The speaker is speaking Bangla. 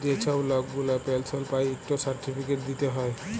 যে ছব লক গুলা পেলশল পায় ইকট সার্টিফিকেট দিতে হ্যয়